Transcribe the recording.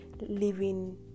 living